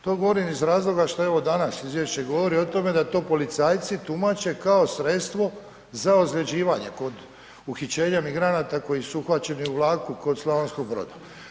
To govorim iz razloga što evo danas izvješće govori o tome da to policajci tumače kao sredstvo za ozljeđivanje kod uhićenja migranata koji su uhvaćeni u vlaku kod Slavonskog Broda.